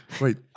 Wait